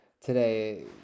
today